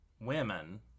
women